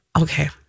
Okay